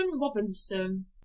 Robinson